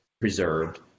preserved